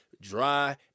dry